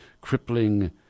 crippling